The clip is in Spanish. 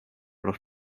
los